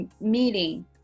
meeting